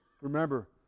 Remember